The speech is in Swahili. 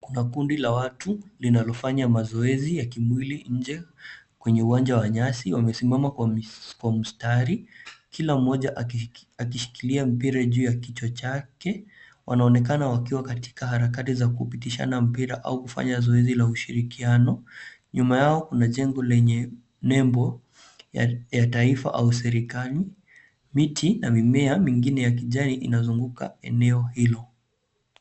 Kuna kundi la watu linalofanya mazoezi ya kimwili nje kwenye uwanja wa nyasi wamesimama kwa mstari, kila mmoja akishikilia mpira juu ya kichwa chake. Wanaonekana wakiwa katika harakati za kupitishana mpira au kufanya zoezi la ushirikiano. Nyuma yao kuna jengo lenye nembo ya taifa au serikali. Miti na mimea mingine ya kijani ina zunguka eneo hilo.